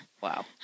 Wow